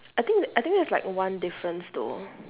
I think I think there's like one difference though